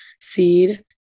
seed